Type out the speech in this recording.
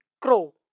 Crow